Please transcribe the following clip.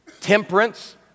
temperance